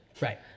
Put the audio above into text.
right